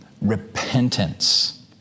Repentance